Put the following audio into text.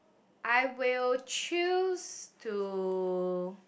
I will choose to